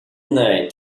night